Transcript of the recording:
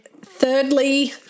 thirdly